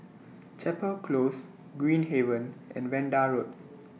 Chapel Close Green Haven and Vanda Road